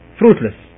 fruitless